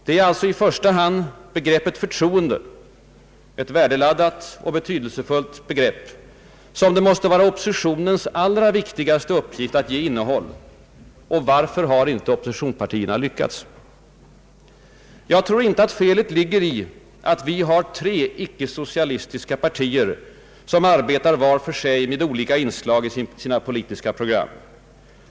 Det är alltså i första hand begreppet förtroende, ett värdeladdat och betydelsefullt begrepp, som det måste vara oppositionens allra viktigaste uppgift att ge innehåll. Varför har inte oppositionspartierna lyckats? Jag tror inte att felet ligger i att vi har tre icke-socialistiska partier som arbetar vart för sig med olika inslag i sina politiska program.